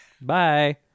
Bye